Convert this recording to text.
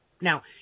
Now